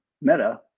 Meta